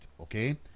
Okay